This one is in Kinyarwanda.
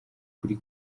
kuri